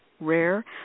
rare